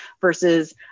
versus